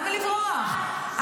למה לברוח?